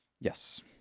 Yes